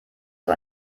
für